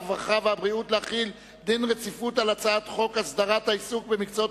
הרווחה והבריאות להחיל דין רציפות על הצעת חוק הסדרת העיסוק במקצועות